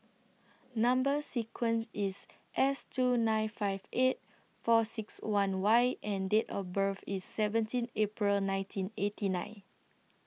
Number sequence IS S two nine five eight four six one Y and Date of birth IS seventeen April nineteen eighty nine